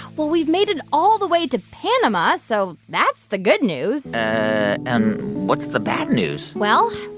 well, we've made it all the way to panama. so that's the good news and what's the bad news? well,